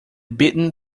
beaten